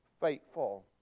faithful